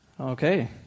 Okay